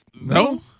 no